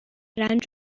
رنج